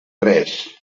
res